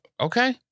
Okay